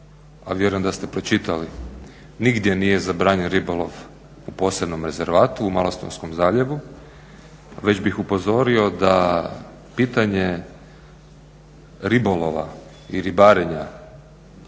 a vjerujem da ste pročitali nigdje nije zabranjen ribolov u posebnom rezervatu u Malostonskom zaljevu. Već bih upozorio da pitanje ribolova i ribarenja